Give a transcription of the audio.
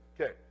Okay